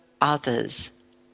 others